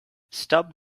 stop